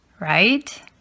right